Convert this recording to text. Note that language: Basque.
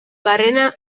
barrena